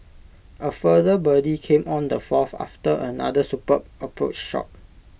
A further birdie came on the fourth after another superb approach shot